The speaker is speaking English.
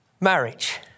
Marriage